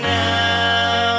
now